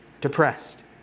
depressed